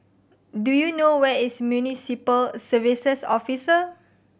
do you know where is Municipal Services Office